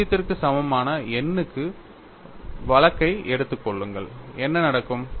0 க்கு சமமான n க்கு வழக்கை எடுத்துக் கொள்ளுங்கள் என்ன நடக்கும்